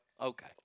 Okay